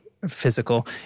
physical